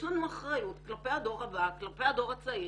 יש לנו אחריות כלפי הדור הבא, כלפי הדור הצעיר,